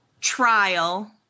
trial